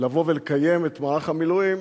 לבוא ולקיים את מערך המילואים